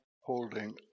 holding